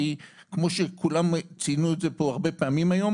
כי כמו שכולם ציינו פה הרבה פעמים היום